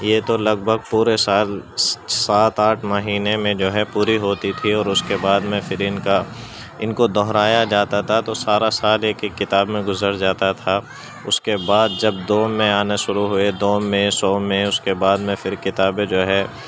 یہ تو لگ بھگ پورے سال سات آٹھ مہینے میں جو ہے پوری ہوتی تھی اور اس کے بعد میں پھر ان کا ان کو دوہرایا جاتا تھا تو سارا سال ایک ایک کتاب میں گزر جاتا تھا اس کے بعد جب دوم میں آنا شروع ہوئے دوم میں سوم میں اس کے بعد میں پھر کتابیں جو ہے